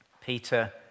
Peter